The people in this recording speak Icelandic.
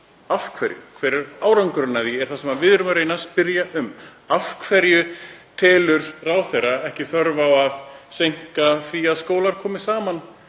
Af hverju? Hver árangurinn af því? Það er það sem við erum að reyna að spyrja um. Af hverju telur ráðherra ekki þörf á að seinka því að skólar komi saman